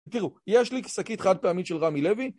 תראו, יש לי שקית חד פעמית של רמי לוי